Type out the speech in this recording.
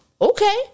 Okay